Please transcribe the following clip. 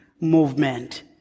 movement